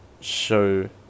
show